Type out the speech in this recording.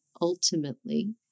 ultimately